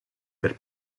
per